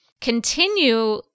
continue